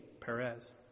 Perez